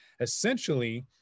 essentially